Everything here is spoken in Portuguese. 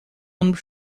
ônibus